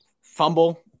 fumble